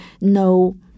no